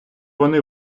вони